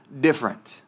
different